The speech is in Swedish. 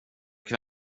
till